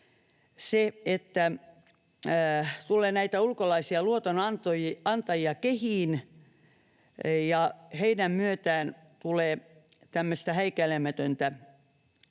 ja tulee ulkolaisia luotonantajia kehiin ja heidän myötään tulee tämmöistä häikäilemätöntä